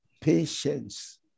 patience